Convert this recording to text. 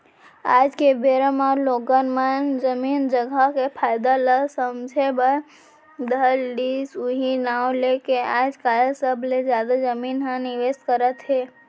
आज के बेरा म लोगन मन जमीन जघा के फायदा ल समझे बर धर लिस उहीं नांव लेके आजकल सबले जादा जमीन म निवेस करत हे